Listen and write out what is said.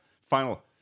final